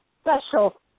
special